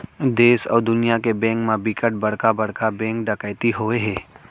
देस अउ दुनिया के बेंक म बिकट बड़का बड़का बेंक डकैती होए हे